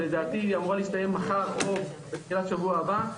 לדעתי היא אמורה להסתיים מחר או בתחילת שבוע הבא,